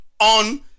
on